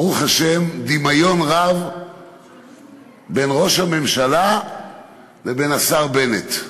ברוך השם, דמיון רב בין ראש הממשלה לבין השר בנט.